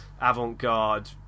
avant-garde